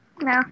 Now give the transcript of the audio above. No